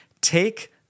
take